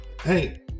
hey